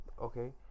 Okay